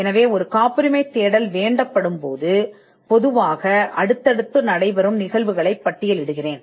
எனவே காப்புரிமை தேடல் கோரப்படும்போது பொதுவாக நிகழும் காட்சிகளின் பட்டியலை பட்டியலிடுகிறேன்